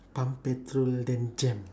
pump petrol then jam